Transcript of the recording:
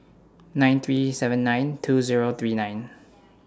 nine three seven nine two Zero three nine